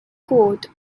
court